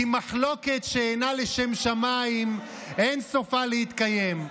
כי מחלוקת שאינה לשם שמיים אין סופה להתקיים.